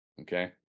Okay